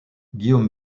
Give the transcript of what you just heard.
guillaume